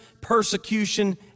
persecution